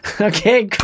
Okay